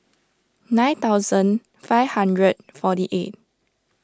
nine thousand five hundred forty eight